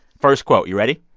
first quote, you ready?